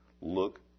look